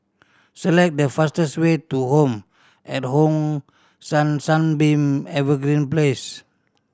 select the fastest way to Home at Hong San Sunbeam Evergreen Place